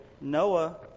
Noah